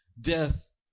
death